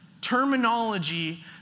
terminology